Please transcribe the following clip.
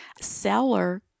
Seller